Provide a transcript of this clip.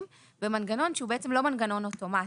במנגנון שהוא בעצם לא מנגנון אוטומטי,